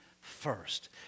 first